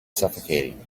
suffocating